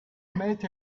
met